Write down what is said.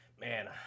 man